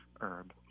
herb